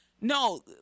No